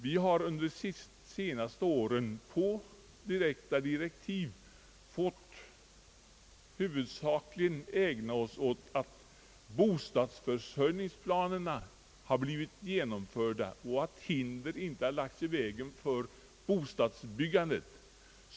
Vi har under de senaste åren på direkta direktiv huvudsakligen fått ägna oss åt att genomföra bostadsförsörjningsplanerna och att se till att hinder inte har lagts i vägen för bostadsbyg gandet.